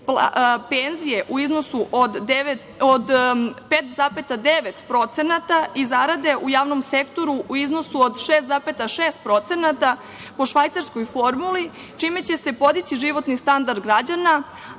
penzije u iznosu od 5,9% i zarade u javnom sektoru u iznosu od 6,6% po švajcarskoj formuli, čime će se podići životni standard građana,